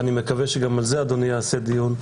ואני מקווה שגם על זה אדוני יעשה דיון,